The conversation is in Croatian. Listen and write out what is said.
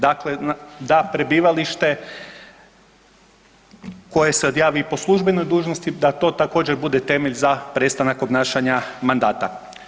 Dakle, da prebivalište koje se odjavi i po službenoj dužnosti, da to također bude temelj za prestanak obnašanja mandata.